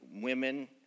women